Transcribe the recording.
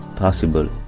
possible. (